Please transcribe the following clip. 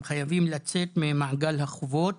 הם חייבים לצאת ממעגל החובות